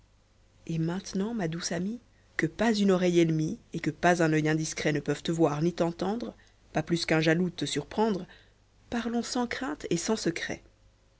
et maintenant ma douce amie que pas une oreille ennemie et que pas un oeil indiscret ne peuvent te voir ni t'cntendrej pas plus qu'un jaloux te surprendre parlons sans crainte et sans sétret